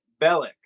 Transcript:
Bellick